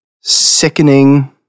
sickening